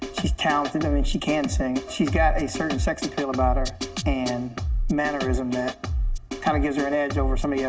she's talented. i mean, she can sing. she's got a certain sex appeal about her and mannerism that kind of gives her an edge over some of yeah